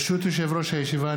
ברשות יושב-ראש הישיבה,